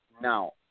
Now